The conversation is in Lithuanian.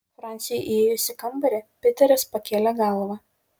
franciui įėjus į kambarį piteris pakėlė galvą